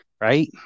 Right